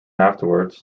afterwards